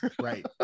Right